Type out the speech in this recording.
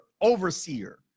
overseer